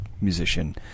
musician